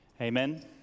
Amen